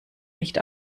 nicht